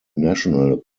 national